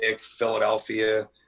Philadelphia